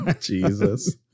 Jesus